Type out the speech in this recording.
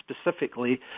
specifically